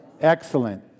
Excellent